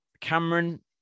Cameron